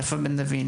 יפה בן דוד,